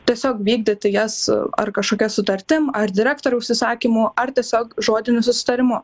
tiesiog vykdyti jas ar kažkokia sutartim ar direktoriaus įsakymu ar tiesiog žodiniu susitarimu